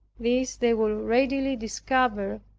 this they will readily discover,